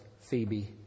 Phoebe